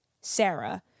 Sarah